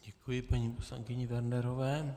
Děkuji paní poslankyni Wernerové.